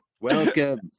welcome